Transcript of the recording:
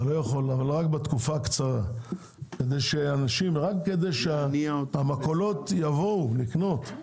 רק בתקופה הקצרה רק כדי שהמכולות יבואו לקנות.